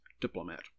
Diplomat